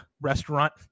restaurant